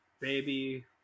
baby